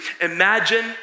imagine